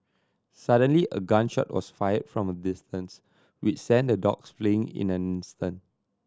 suddenly a gun shot was fired from a distance which sent the dogs fleeing in an instant